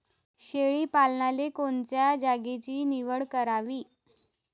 शेळी पालनाले कोनच्या जागेची निवड करावी?